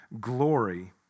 glory